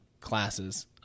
classes